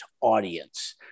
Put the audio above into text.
audience